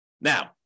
Now